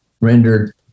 rendered